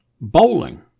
bowling